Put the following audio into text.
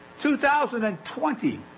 2020